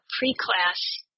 pre-class